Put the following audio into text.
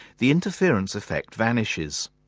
the interference effect vanishes.